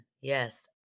Yes